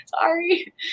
sorry